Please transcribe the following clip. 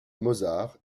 mozart